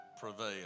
prevail